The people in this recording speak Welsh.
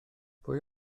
pwy